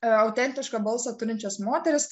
autentišką balsą turinčias moteris